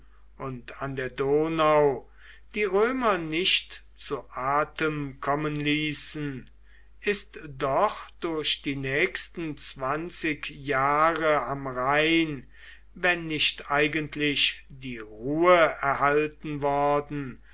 und an der donau die römer nicht zu atem kommen ließen ist doch durch die nächsten zwanzig jahre am rhein wenn nicht eigentlich die ruhe erhalten worden